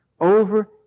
over